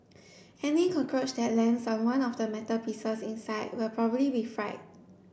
any cockroach that lands on one of the metal pieces inside will probably be fried